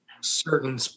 certain